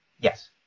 Yes